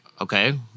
okay